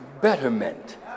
betterment